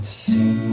see